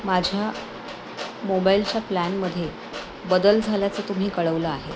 माझ्या मोबाईलच्या प्लॅनमध्ये बदल झाल्याचा तुम्ही कळवलं आहे